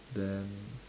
then